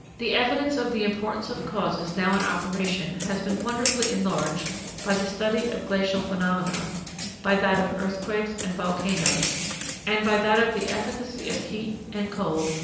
the evidence of the importance of causes now in operation has been wonderfully enlarged by the study of glacial phenomena by that of earthquakes and volcanoes and by that of the efficacy of heat and cold,